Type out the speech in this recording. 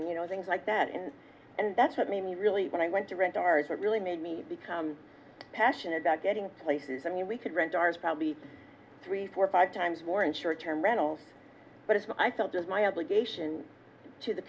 and you know things like that and and that's what made me really when i went to rent cars or really made me become passionate about getting places i mean we could rent cars probably three four five times more in short term rentals but if i felt just my obligation to the